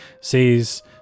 sees